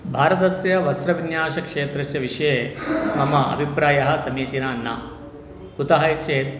भारतस्य वस्रविन्यासक्षेत्रस्य विषये मम अभिप्रायः समीचीनं न कुतः इतिचेत्